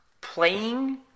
playing